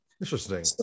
interesting